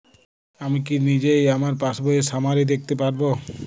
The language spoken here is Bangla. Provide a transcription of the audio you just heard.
আমি কি নিজেই আমার পাসবইয়ের সামারি দেখতে পারব?